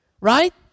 Right